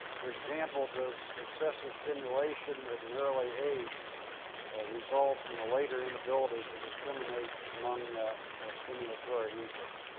for example, does excessive stimulation at an early age result in a later inability to discriminate among stimulatory inputs?